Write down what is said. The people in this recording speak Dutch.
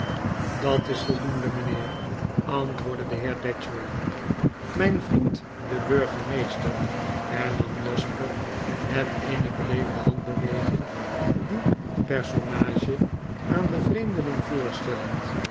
dat is voldoende mynheer antwoordde de heer datchery myn vriend de burgemeester hernam jasper met eene beleefde handbeweging dien personage aan den vreemdeling voorstellend